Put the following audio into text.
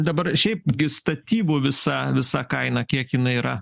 dabar šiaip gi statybų visa visa kaina kiek jinai yra